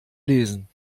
lesen